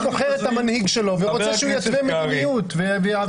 העם בוחר את המנהיג שלו והוא רוצה שהוא יתווה מדיניות ויעביר דברים.